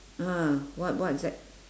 ah what what is that